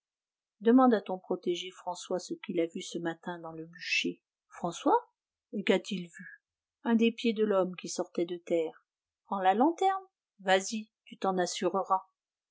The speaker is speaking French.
demande à ton protégé françois ce qu'il a vu ce matin dans le bûcher françois et qu'a-t-il vu un des pieds de l'homme qui sortait de terre prends la lanterne vas-y tu t'en assureras